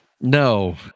no